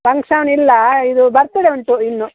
function ಇಲ್ಲ ಇದು birthday ಉಂಟು ಇನ್ನು